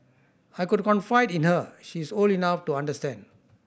I could confide in her she is old enough to understand